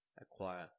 acquire